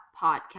podcast